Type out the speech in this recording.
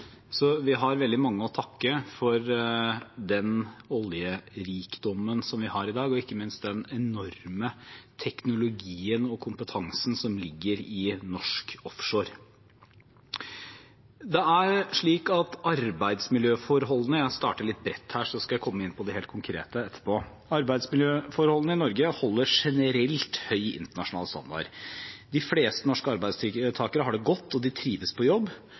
Vi har veldig mange å takke for den oljerikdommen vi har i dag, og ikke minst for den enorme teknologien og kompetansen som ligger i norsk offshore. Jeg starter litt bredt her, så skal jeg komme inn på det helt konkrete etterpå. Arbeidsmiljøforholdene i Norge holder generelt høy internasjonal standard. De fleste norske arbeidstakere har det godt og trives på jobb,